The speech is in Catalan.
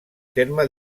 terme